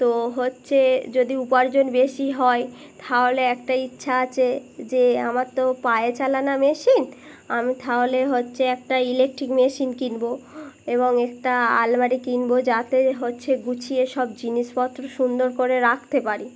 তো হচ্ছে যদি উপার্জন বেশি হয় তাহলে একটা ইচ্ছা আছে যে আমার তো পায়ে চালানো মেশিন আমি তাহলে হচ্ছে একটা ইলেকট্রিক মেশিন কিনবো এবং একটা আলমারি কিনবো যাতে হচ্ছে গুছিয়ে সব জিনিসপত্র সুন্দর করে রাখতে পারি